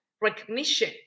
recognition